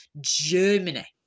Germany